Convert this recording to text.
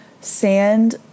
sand